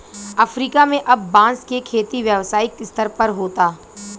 Africa में अब बांस के खेती व्यावसायिक स्तर पर होता